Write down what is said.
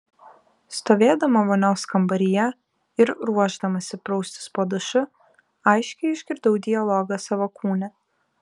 stovėdama vonios kambaryje ir ruošdamasi praustis po dušu aiškiai išgirdau dialogą savo kūne